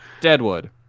Deadwood